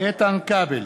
איתן כבל,